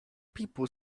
people